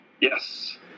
Yes